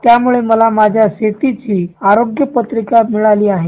त्याम्ळे मला माझ्या शेतीची आरोग्य पत्रिका मिळाली आहे